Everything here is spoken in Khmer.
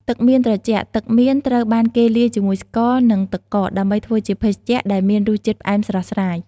ទឹកមៀនត្រជាក់ ទឹកមៀនត្រូវបានគេលាយជាមួយស្ករ និងទឹកកកដើម្បីធ្វើជាភេសជ្ជៈដែលមានរសជាតិផ្អែមស្រស់ស្រាយ។